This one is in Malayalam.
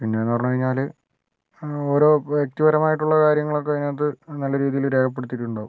പിന്നെയെന്ന് പറഞ്ഞ് കഴിഞ്ഞാൽ ഓരോ വ്യക്തിപരമായിട്ടുള്ള കാര്യങ്ങളൊക്കെ അതിനകത്ത് നല്ല രീതിയിൽ രേഖപ്പെടുത്തിയിട്ടുണ്ടാകും